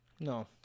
No